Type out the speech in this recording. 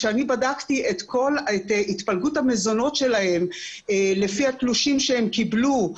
כשאני בדקתי את התפלגות המזונות שלהם לפי התלושים שהם קיבלו.